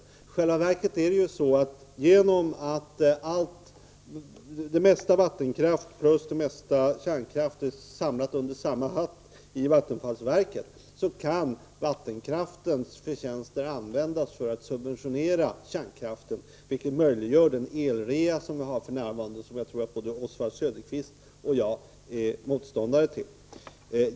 Det är i själva verket så, att genom att det mesta av vattenkraften plus det mesta av kärnkraften är samlat under samma hatt i vattenfallsverket kan vattenkraftens förtjänster användas för att subventionera kärnkraften. Detta möjliggör den nuvarande el-rean, som jag tror att inte bara jag utan även Oswald Söderqvist är motståndare till.